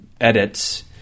edits